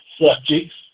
subjects